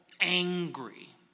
angry